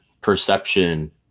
perception